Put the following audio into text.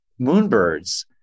Moonbirds